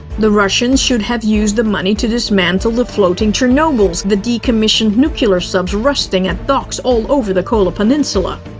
the russians should have used the money to dismantle the floating chernobyls, the decommissioned nuclear subs rusting at dock all over the kola peninsula.